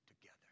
together